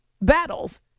battles